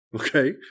okay